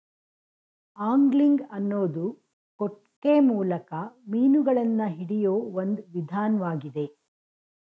angling ಅನ್ನೋದು ಕೊಕ್ಕೆ ಮೂಲಕ ಮೀನುಗಳನ್ನ ಹಿಡಿಯೋ ಒಂದ್ ವಿಧಾನ್ವಾಗಿದೆ